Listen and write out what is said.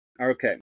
Okay